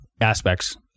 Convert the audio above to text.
aspects